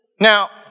Now